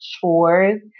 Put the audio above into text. chores